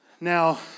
Now